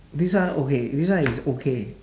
this one okay this one is okay